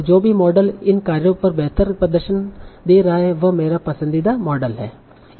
और जो भी मॉडल इन कार्यों पर बेहतर प्रदर्शन दे रहा है वह मेरा पसंदीदा मॉडल है